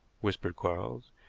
whispered quarles.